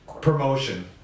Promotion